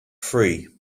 three